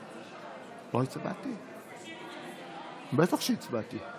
ההסתייגות לא עברה, הסתייגות 2,